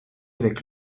avec